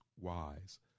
wise